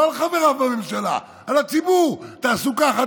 לא על חבריו בממשלה, על הציבור: תעשו ככה,